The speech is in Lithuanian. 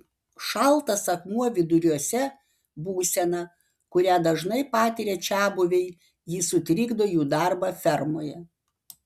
šaltas akmuo viduriuose būsena kurią dažnai patiria čiabuviai ji sutrikdo jų darbą fermoje